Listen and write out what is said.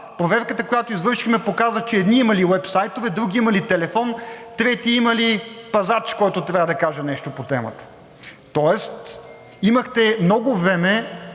Проверката, която извършихме, показа, че едни имали уебсайтове, други имали телефон, трети имали пазач, който трябва да каже нещо по темата, тоест имахте много време